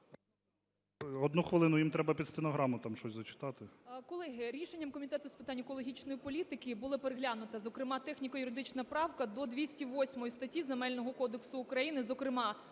Одну хвилину, їм треба під стенограму там щось зачитати. 14:33:31 ОВЧИННИКОВА Ю.Ю. Колеги, рішенням Комітету з питань екологічної політики була переглянута, зокрема, техніко-юридична правка до 208 статті Земельного кодексу України. Зокрема,